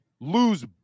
lose